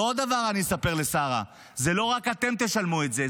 ועוד דבר אני אספר לשרה: זה לא רק אתם תשלמו את זה,